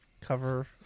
cover